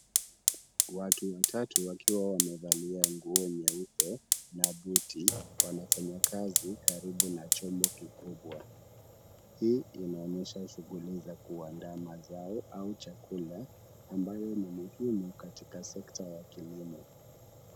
Watu watatu wakiwa wamevalia nguo nyeupe na buti, wanafanya kazi karibu na chombo kikubwa. Hii inaonyesha shughuli za kuandaa mazao au chakula ambayo ni muhimu katika sekta ya kilimo.